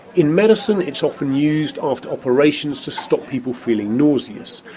in medicine, it's often used after operations to stop people feeling nauseous,